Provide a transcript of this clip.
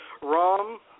rum